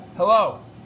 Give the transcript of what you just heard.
Hello